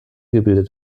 gebildet